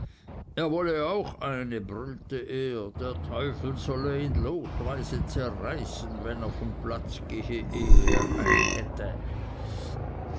er wolle auch eine brüllte er der teufel solle ihn lotweise zerreißen wenn er vom platze gehe ehe er eine hätte